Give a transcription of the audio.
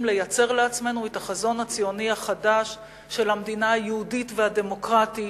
לייצר לעצמנו את החזון הציוני החדש של המדינה היהודית והדמוקרטית,